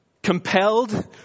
Compelled